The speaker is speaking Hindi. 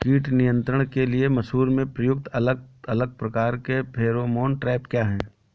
कीट नियंत्रण के लिए मसूर में प्रयुक्त अलग अलग प्रकार के फेरोमोन ट्रैप क्या है?